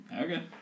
Okay